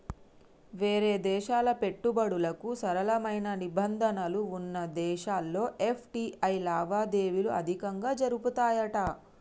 వేరే దేశాల పెట్టుబడులకు సరళమైన నిబంధనలు వున్న దేశాల్లో ఎఫ్.టి.ఐ లావాదేవీలు అధికంగా జరుపుతాయట